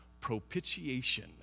Propitiation